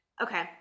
Okay